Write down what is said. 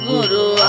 Guru